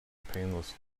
painless